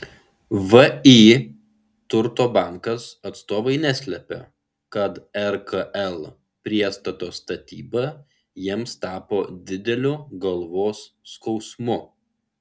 vį turto bankas atstovai neslepia kad rkl priestato statyba jiems tapo dideliu galvos skausmu